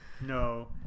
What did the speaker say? No